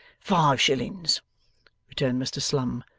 five shillings returned mr slum,